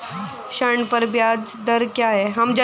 ऋण पर ब्याज दर क्या है?